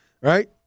Right